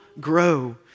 grow